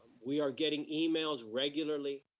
we are getting emails regularly.